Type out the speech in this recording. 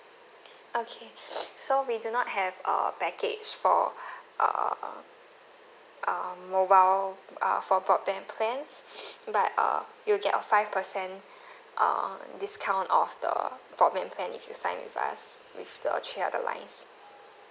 okay so we do not have a package for uh um mobile uh for broadband plans but uh you'll get a five percent uh discount off the broadband plan if you sign with us with the three other lines